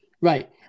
Right